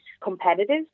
competitive